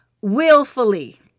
willfully